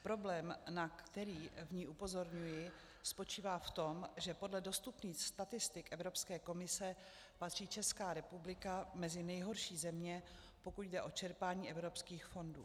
Problém, na který v ní upozorňuji, spočívá v tom, že podle dostupných statistik Evropské komise patří Česká republika mezi nejhorší země, pokud jde o čerpání evropských fondů.